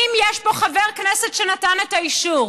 האם יש פה חבר כנסת שנתן את האישור?